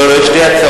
לא לא, יש שתי הצעות.